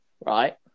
right